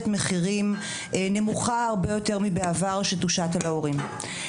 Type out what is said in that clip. מחירים נמוכה הרבה יותר מבעבר שתושת על ההורים.